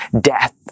death